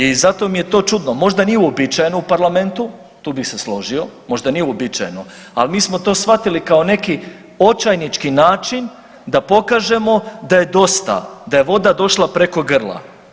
I zato mi je to čudno, možda nije uobičajeno u Parlamentu, tu bi se složio, možda nije uobičajeno, ali mi smo to shvatili kao neki očajnički način da pokažemo da je dosta, da je voda došla preko grla.